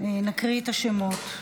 נקרא את השמות.